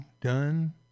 done